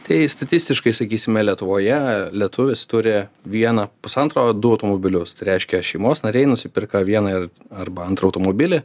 tai statistiškai sakysime lietuvoje lietuvis turi vieną pusantro du automobilius tai reiškia šeimos nariai nusiperka vieną ir arba antrą automobilį